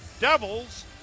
Devils